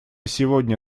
сегодня